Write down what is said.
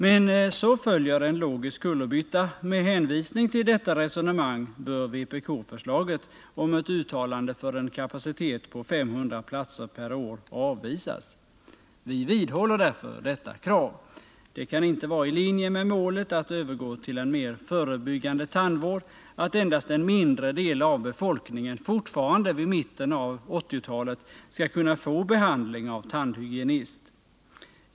Men så följer en logisk kullerbytta: med hänvisning till detta resonemang bör vpk-förslaget om ett uttalande för en kapacitet på 500 platser per år avvisas. Vi vidhåller detta krav. Det kan inte varai linje med målet att övergå till en mer förebyggande tandvård att endast en mindre del av befolkningen fortfarande vid mitten av 1980-talet kan få behandling av tandhygienist.